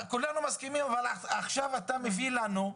כולנו מסכימים אבל עכשיו אתה מביא לנו,